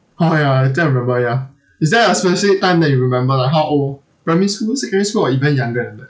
oh ya I think I remember ya is there a specific time that you remember like how old primary school secondary school or even younger like that